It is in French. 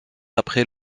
après